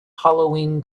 halloween